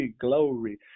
Glory